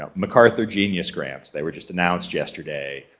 ah macarthur genius grant, they were just announced yesterday,